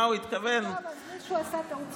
מה הוא התכוון, טוב, אז מישהו עשה טעות סופרים,